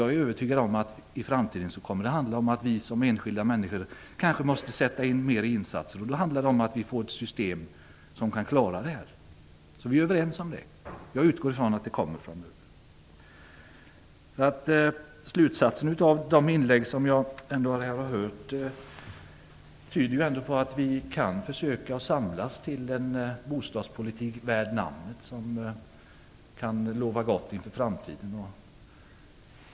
Jag är övertygad om att i framtiden måste vi som enskilda människor sätta in mer i insatser, och då handlar det om att få ett system som kan klara det. Jag utgår ifrån att det kommer framöver. De inlägg som jag har hört tyder ändå på att vi kan försöka samlas till en bostadspolitik värd namnet som kan lova gott för framtiden.